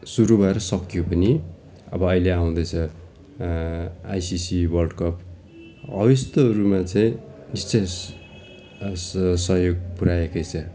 सुरु भएर सकियो पनि अब अहिले आउँदैछ आइसिसी वर्ल्ड कप हो यस्तोहरूमा चाहिँ विशेष स सहयोग पुर्याएकै छ